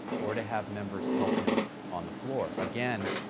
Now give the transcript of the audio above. or to have members help him on the floor. again,